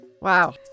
Wow